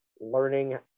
learning